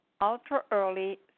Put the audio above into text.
Ultra-Early